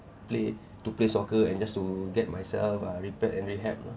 play to play soccer and just to get myself uh repaired and rehab lah